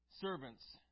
servants